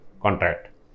contract